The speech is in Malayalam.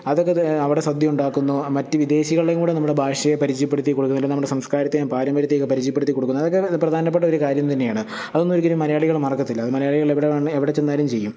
അതൊക്കെ അവിടെ സദ്യ ഉണ്ടാക്കുന്നു മറ്റു വിദേശികളുടെ കൂടെ നമ്മുടെ ഭാഷയെ പരിചയപ്പെടുത്തി കൊടുക്കുന്നു അത് നമ്മുടെ സംസ്കാരത്തെയും പാരമ്പര്യത്തെയും പരിചയപ്പെടുത്തി കൊടുക്കുന്നു അതൊക്കെ പ്രധാനപ്പെട്ട ഒരു കാര്യം തന്നെയാണ് അതൊന്നും ഒരിക്കലും മലയാളികൾ മറക്കത്തില്ല അത് മലയാളികൾ എവിടെ വന്നാലും എവിടെ ചെന്നാലും ചെയ്യും